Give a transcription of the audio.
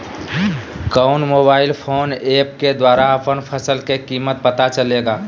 कौन mobile phone app के द्वारा अपन फसल के कीमत पता चलेगा?